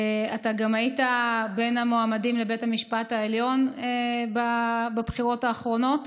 אתה גם היית בין המועמדים לבית המשפט העליון בבחירות האחרונות,